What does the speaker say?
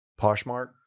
Poshmark